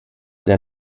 der